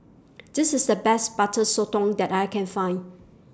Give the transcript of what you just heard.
This IS The Best Butter Sotong that I Can Find